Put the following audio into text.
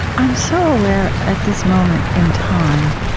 i'm so aware, at this moment in time,